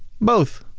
both.